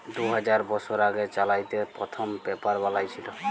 দু হাজার বসর আগে চাইলাতে পথ্থম পেপার বালাঁই ছিল